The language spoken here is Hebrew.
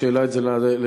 שהעלה את זה לסדר-היום.